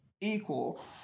equal